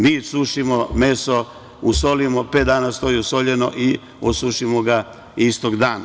Mi sušimo meso, usolimo, pet dana stoji usoljeno i osušimo ga istog dana.